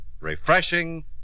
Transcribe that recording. refreshing